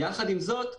יחד עם זאת,